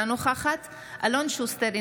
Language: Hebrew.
אינה נוכחת אלון שוסטר,